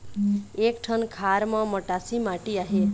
एक ठन खार म मटासी माटी आहे?